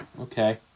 Okay